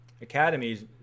academies